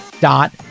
dot